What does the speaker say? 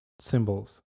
symbols